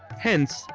hence,